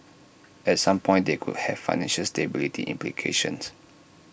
at some point they could have financial stability implications